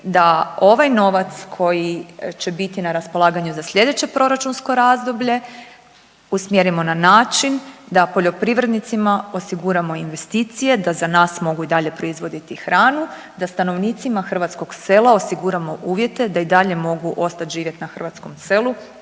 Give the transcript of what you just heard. da ovaj novac koji će biti na raspolaganju za slijedeće proračunsko razdoblje usmjerimo na način da poljoprivrednicima osiguramo investicije da za nas mogu i dalje proizvoditi hranu, da stanovnicima hrvatskog sela osiguramo uvjete da i dalje mogu ostati živjet na hrvatskom selu